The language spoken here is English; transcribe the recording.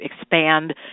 expand